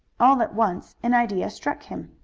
all at once an idea struck him.